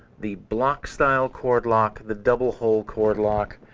the block-style cord lock, the double hole cord lock,